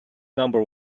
number